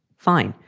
fine.